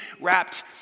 wrapped